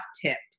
tips